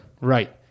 right